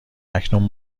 اکنون